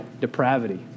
depravity